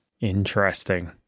Interesting